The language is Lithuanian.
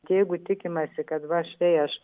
jeigu tikimasi kad va štai aš